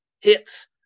hits